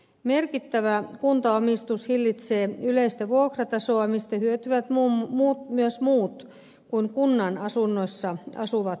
merkittävä kuntaomistus hillitsee yleistä vuokratasoa mistä hyötyvät myös muut kuin kunnan asunnoissa asuvat vuokralaiset